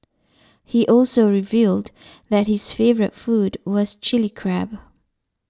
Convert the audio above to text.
he also revealed that his favourite food was Chilli Crab